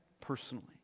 Personally